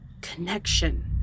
connection